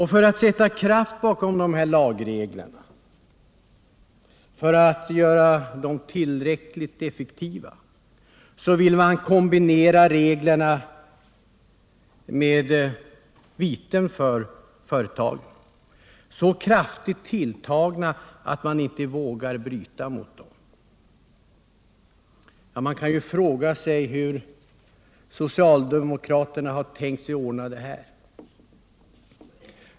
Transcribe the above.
För att sätta kraft bakom de här lagreglerna och göra dem tillräckligt effektiva vill man kombinera reglerna med viten, så kraftigt tilltagna att företagen inte vågar bryta mot bestämmelserna. Men hur har socialdemokraterna egentligen tänkt sig att ordna det här?